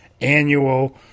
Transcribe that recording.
annual